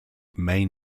main